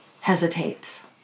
hesitates